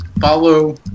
Follow